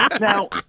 Now